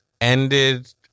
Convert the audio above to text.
ended